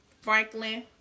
Franklin